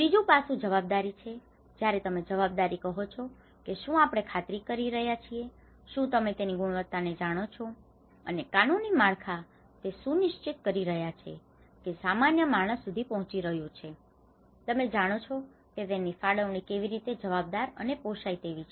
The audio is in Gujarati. ત્રીજું પાસું જવાબદારી છે જયારે તમે જવાબદારી કહો છો કે શું આપણે ખાતરી કરી રહ્યા છીએ કે શું તમે તેની ગુણવત્તાને જાણો છો અને કાનૂની માળખા તે સુનિશ્ચિત કરી રહ્યાં છે કે તે સામાન્ય માણસ સુધી પહોંચી રહ્યું છે તમે જાણો છો કે તેની ફાળવણી કેવી રીતે જવાબદાર અને પોસાય તેવી છે